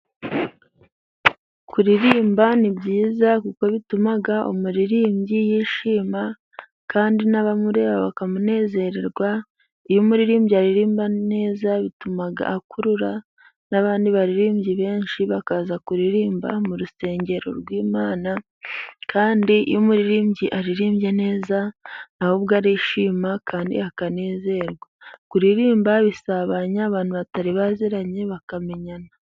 Kuririmba ni byiza kuko bituma umuririmbyi yishima, kandi n'abamureba bakamunezererwa, iyo umuririmbyi aririmba neza bituma akurura n'abandi baririmbyi benshi bakaza kuririmba mu rusengero rw'imana, kandi iyo umuririmbyi aririmbye neza, ahubwo arishima kandi akanezerwa. Kuririmba bisabanya abantu batari baziranye bakamenyana.